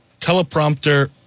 teleprompter